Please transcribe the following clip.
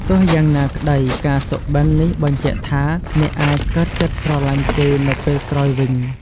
ទោះយ៉ាងណាក្តី ការសុបិន នេះបញ្ជាក់ថា អ្នកអាចកើតចិត្តស្រលាញ់គេនៅពេលក្រោយវិញ។